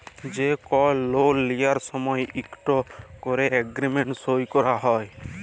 যে কল লল লিয়ার সময় ইকট ক্যরে এগ্রিমেল্ট সই ক্যরা হ্যয়